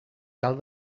tal